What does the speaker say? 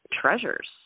treasures